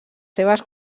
seves